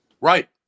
Right